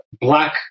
black